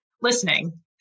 listening